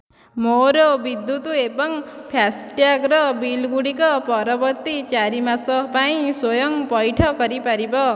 ମୋର ବିଦ୍ୟୁତ୍ ଏବଂ ଫାସ୍ଟ୍ୟାଗ୍ର ବିଲ୍ ଗୁଡ଼ିକ ପରବର୍ତ୍ତୀ ଚାରି ମାସ ପାଇଁ ସ୍ଵୟଂ ପଇଠ କରିପାରିବ